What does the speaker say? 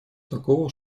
такого